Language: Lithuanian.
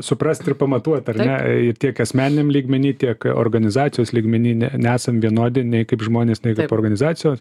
suprast ir pamatuot ar ne tiek asmeniniam lygmeny tiek organizacijos lygmeny ne nesam vienodi nei kaip žmonės nei kaip organizacijos